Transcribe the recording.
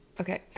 Okay